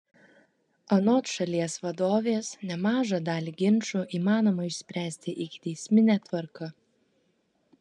anot šalies vadovės nemažą dalį ginčų įmanoma išspręsti ikiteismine tvarka